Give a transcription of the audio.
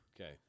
Okay